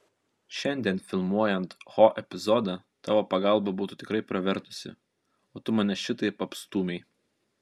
šiandien filmuojant ho epizodą tavo pagalba būtų tikrai pravertusi o tu mane šitaip apstūmei